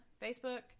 Facebook